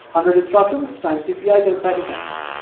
hundred instructions, time cpi then cycle time